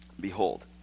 Behold